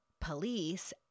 police